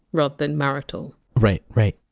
rather than marital. right. right.